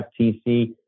FTC